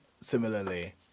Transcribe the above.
similarly